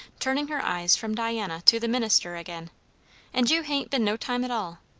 turning her eyes from diana to the minister again and you hain't been no time at all.